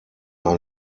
ein